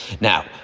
Now